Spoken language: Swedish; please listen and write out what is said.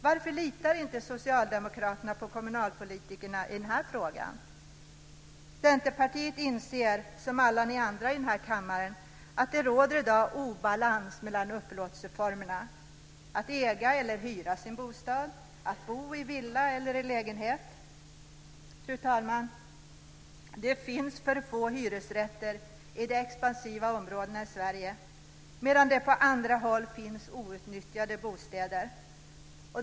Varför litar inte Socialdemokraterna på kommunalpolitikerna i den frågan? Centerpartiet inser, som alla ni andra i denna kammare, att det i dag råder obalans mellan upplåtelseformerna. Det handlar om att äga eller hyra sin bostad, att bo i villa eller lägenhet. Fru talman! Det finns för få hyresrätter i de expansiva områdena i Sverige medan det på andra håll finns outnyttjade bostäder.